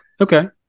Okay